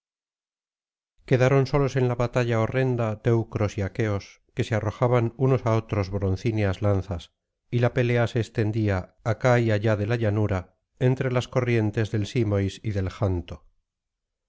quedaron solos en la batalla horrenda teucros y aqueos que se arrojaban unos á otros broncíneas lanzas y la pelea se extendía aoá y allá de la llanura entre las corrientes del wsímois y del janto